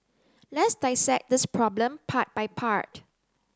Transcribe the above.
let's dissect this problem part by part